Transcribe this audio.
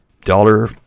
dollar